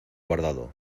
guardado